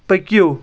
پٔکِو